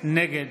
נגד